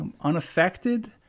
unaffected